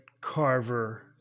Carver